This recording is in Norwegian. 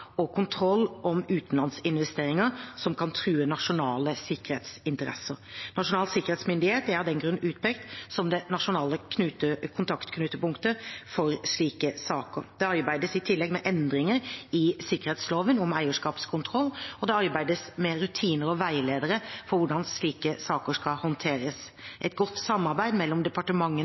og kontroll med utenlandsinvesteringer som kan true nasjonale sikkerhetsinteresser. Nasjonal sikkerhetsmyndighet er av den grunn utpekt som det nasjonale kontaktknutepunktet for slike saker. Det arbeides i tillegg med endringer i sikkerhetsloven om eierskapskontroll, og det arbeides med rutiner og veiledere for hvordan slike saker skal håndteres. Et godt samarbeid mellom departementene,